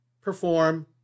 perform